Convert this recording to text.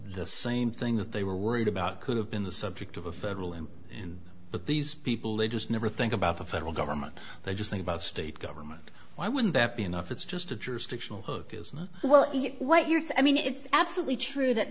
the same thing that they were worried about could have been the subject of a federal him but these people they just never think about the federal government they just think about state government why wouldn't that be enough it's just a jurisdictional hook is not well what you're saying i mean it's absolutely true that